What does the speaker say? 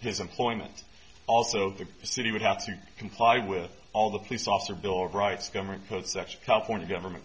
his employment also the city would have to comply with all the police officer bill of rights government posts actually california government